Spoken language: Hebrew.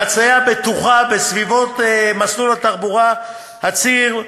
לחצייה בטוחה בסביבת מסלול התחבורה בציר,